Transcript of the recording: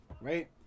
right